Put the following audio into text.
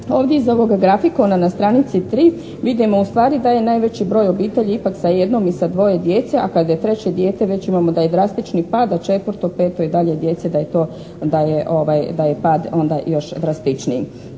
Ovdje iz ovoga grafikona na stranici 3, vidimo ustvari da je najveći broj obitelji ipak sa jednim i sa dvoje djece, a kada je treće dijete već imamo da je drastični pad, a četvrto, peto i dalje djece da je pad onda još drastičniji.